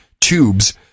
tubes